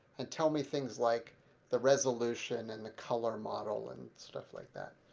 and tell me things like the resolution and the color model and stuff like that.